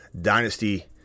Dynasty